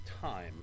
time